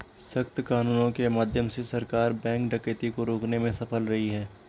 सख्त कानूनों के माध्यम से सरकार बैंक डकैती को रोकने में सफल रही है